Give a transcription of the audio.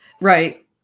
Right